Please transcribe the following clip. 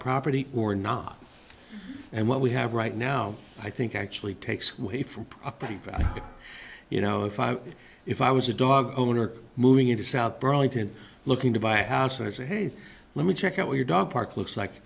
property or not and what we have right now i think actually takes away from property value you know if i if i was a dog owner moving into south burlington looking to buy a house i'd say hey let me check out what your dog park looks like